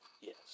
Yes